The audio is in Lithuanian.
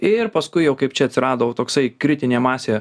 ir paskui jau kaip čia atsirado jau toksai kritinė masė